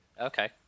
Okay